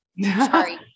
sorry